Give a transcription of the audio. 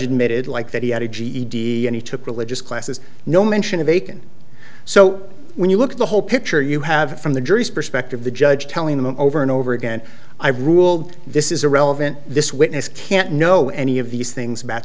admitted like that he had a ged and he took religious classes no mention of a can so when you look at the whole picture you have from the jury's perspective the judge telling them over and over again i ruled this is irrelevant this witness can't know any of these things about